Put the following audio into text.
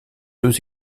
deux